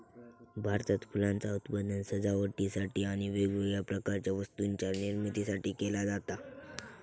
भारतात फुलांचा उत्पादन सजावटीसाठी आणि वेगवेगळ्या प्रकारच्या वस्तूंच्या निर्मितीसाठी केला जाता